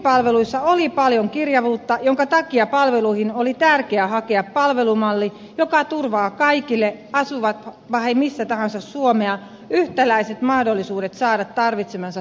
tulkkipalveluissa oli paljon kirjavuutta jonka takia palveluihin oli tärkeää hakea palvelumalli joka turvaa kaikille asuvatpa he missä päin suomea tahansa yhtäläiset mahdollisuudet saada tarvitsemansa tulkkipalvelut